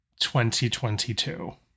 2022